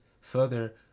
further